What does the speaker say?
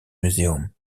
muséum